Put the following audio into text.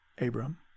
Abram